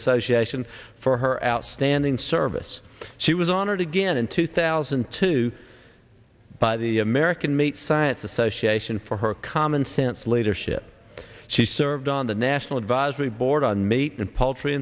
association for her outstanding service she was honored again in two thousand and two by the american meat science association for her common sense leadership she served on the national advisory board on meat and poultry